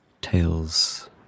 Tales